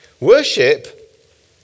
Worship